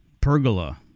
Pergola